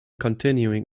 continuing